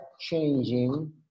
changing